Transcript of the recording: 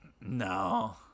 No